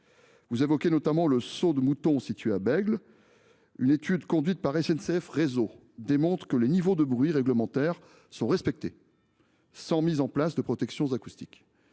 vous évoquez notamment le saut de mouton situé à Bègles. Une étude conduite par SNCF Réseau démontre que les niveaux de bruit réglementaires sont respectés sans protection acoustique.